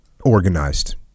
organized